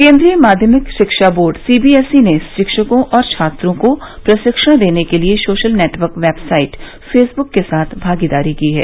केन्द्रीय माध्यमिक शिक्षा बोर्ड सीबीएसई ने शिक्षकों और छात्रों को प्रशिक्षण देने के लिए सोशल नेटवर्क वेबसाइट फेसबुक के साथ भागीदारी की है